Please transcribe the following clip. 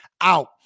out